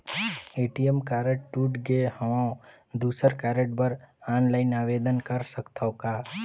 ATM card टूट गे हववं दुसर कारड बर ऑनलाइन आवेदन कर सकथव का?